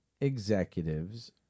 executives